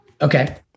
Okay